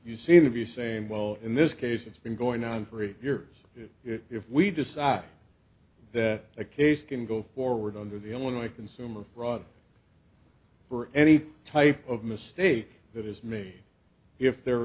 you seem to be saying well in this case it's been going on for eight years if we decide that a case can go forward under the illinois consumer rather for any type of mistake that his name if there